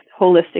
holistic